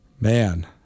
Man